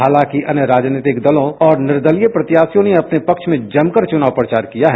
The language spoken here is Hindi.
हालांकि अन्य राजनीतिक दलों और निर्दलीय प्रत्याशियों ने अपने पक्ष में जमकर चुनाव प्रचार किया है